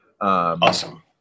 Awesome